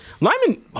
Lyman